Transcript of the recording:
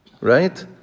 right